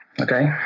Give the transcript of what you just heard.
Okay